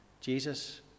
Jesus